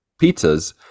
pizzas